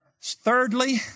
Thirdly